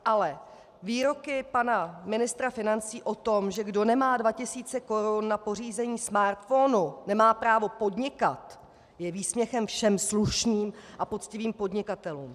Ale výroky pana ministra financí o tom, že kdo nemá dva tisíce korun na pořízení smartphonu, nemá právo podnikat, jsou výsměchem všem slušným a poctivým podnikatelům.